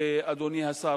אדוני השר,